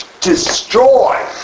destroy